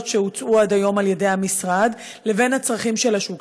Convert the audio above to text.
שהוצעו עד היום על-ידי המשרד לבין הצרכים של השוק.